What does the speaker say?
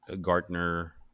Gartner